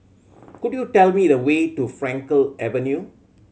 could you tell me the way to Frankel Avenue